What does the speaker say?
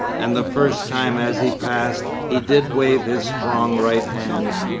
and the first time as he passed he did wave his strong right hand.